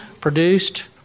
produced